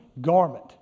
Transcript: garment